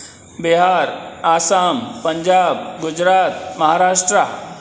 Bihar Assam Punjab Gujarat Maharashtra